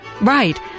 Right